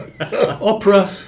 opera